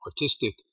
artistic